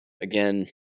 again